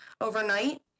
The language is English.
overnight